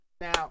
Now